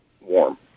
warm